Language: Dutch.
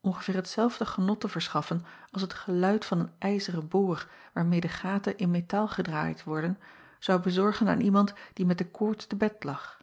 ongeveer hetzelfde genot te verschaffen als het geluid van een ijzeren boor waarmede gaten in metaal gedraaid worden zou bezorgen aan iemand die met de koorts te bed lag